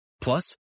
Plus